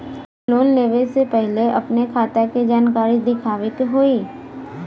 Loan लेवे से पहिले अपने खाता के जानकारी दिखावे के होई?